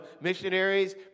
missionaries